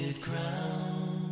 ground